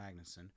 Magnuson